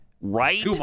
Right